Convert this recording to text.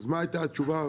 אז מה הייתה התשובה?